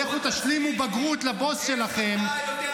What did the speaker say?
אני עכשיו פה ואני אומר ----- איך זה,